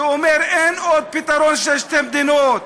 שאומר: אין עוד פתרון של שתי מדינות,